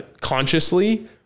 consciously